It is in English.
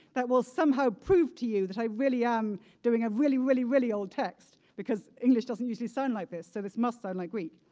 that will somehow prove to you that i really am doing a really, really, really old text because english doesn't usually sound like this. so, this must sound like greek,